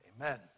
Amen